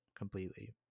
completely